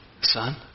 son